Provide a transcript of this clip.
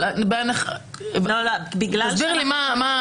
אבל תסבירי לי מה הנזק.